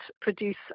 produce